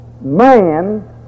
man